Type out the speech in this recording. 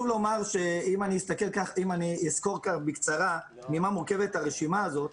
אם אסקור בקצרה ממה מורכבת הרשימה הזאת,